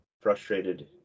frustrated